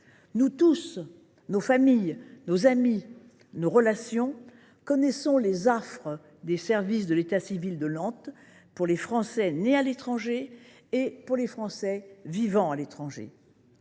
Nous tous, nos familles, nos amis, nos relations connaissons les affres de l’accès aux services de l’état civil de Nantes pour les Français nés à l’étranger ou vivant à l’étranger.